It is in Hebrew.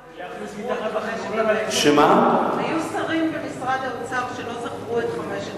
היו גם שרים במשרד האוצר שלא זכרו את חמשת המ"מים האלה.